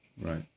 Right